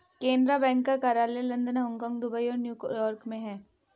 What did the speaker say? Canara bank का कार्यालय London Hong Kong Dubai और न्यू यॉर्क में है